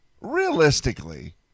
realistically